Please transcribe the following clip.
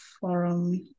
forum